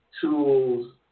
tools